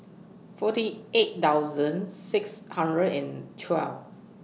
forty eight thousand six hundred and twelve